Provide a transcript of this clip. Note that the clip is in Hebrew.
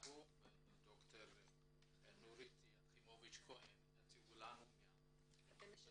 אליהו וד"ר יחימוביץ' כהן מהמ.מ.מ.